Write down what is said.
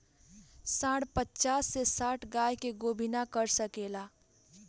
सांड पचास से साठ गाय के गोभिना कर सके ला